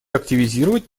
активизировать